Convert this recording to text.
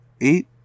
eight